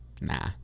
Nah